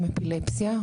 עם אפילפסיה.